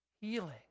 healing